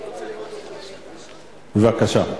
בבקשה.